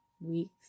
weeks